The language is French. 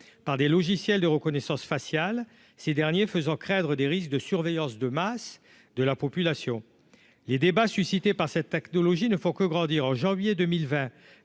par des logiciels de reconnaissance faciale, ces derniers faisant craindre des risques de surveillance de masse de la population, les débats suscités par cette technologie ne font que grandir en janvier 2020